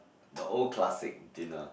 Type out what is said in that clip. the old classic dinner